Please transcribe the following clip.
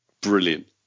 brilliant